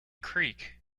creek